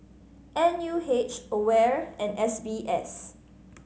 N U H AWARE and S B S